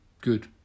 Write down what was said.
good